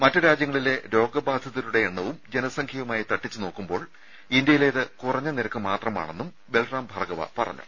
മറ്റ് രാജ്യങ്ങളിലെ രോഗബാധിതരുടെ എണ്ണവും ജനസംഖ്യയുമായി തട്ടിച്ച് നോക്കുമ്പോൾ ഇന്ത്യയിലേത് കുറഞ്ഞ നിരക്ക് മാത്രമാണെന്നും ബൽറാം ഭാർഗ്ഗവ പറഞ്ഞു